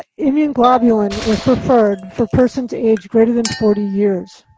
immunoglobulin was preferred for persons aged greater than forty years.